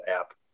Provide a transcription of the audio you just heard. app